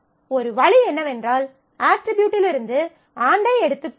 ஒரு வழி என்னவென்றால் அட்ரிபியூட்டிலிருந்து ஆண்டை எடுத்துக் கொள்ளுங்கள்